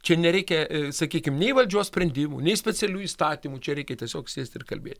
čia nereikia sakykim nei valdžios sprendimų nei specialių įstatymų čia reikia tiesiog sėsti ir kalbėti